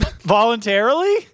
Voluntarily